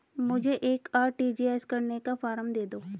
मुझे एक आर.टी.जी.एस करने का फारम दे दो?